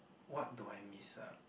what do I miss ah